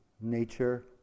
nature